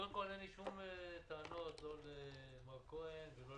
קודם כל, אין לי כל טענות לא למר כהן ולא